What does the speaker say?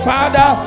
Father